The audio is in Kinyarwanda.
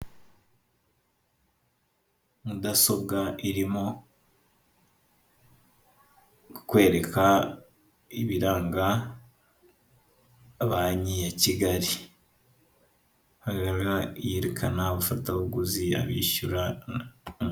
Mudasobwa irimo ku kwereka ibiranga banki ya Kigali, yerekana abafatabuguzi, abishyurana...